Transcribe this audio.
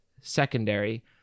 secondary